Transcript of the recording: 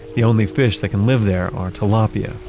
the only fish that can live there are tilapia,